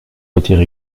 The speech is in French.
retire